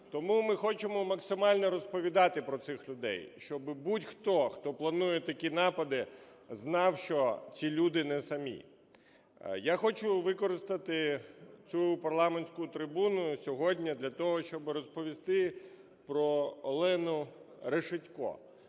Тому ми хочемо максимально розповідати про цих людей, щоби будь-хто, хто планує такі напади, знав, що ці люди не самі. Я хочу використати цю парламентську трибуну сьогодні для того, щоб розповісти про Олену Решетько.